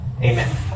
Amen